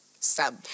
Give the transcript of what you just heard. Sub